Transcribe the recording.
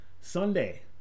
Sunday